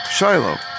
Shiloh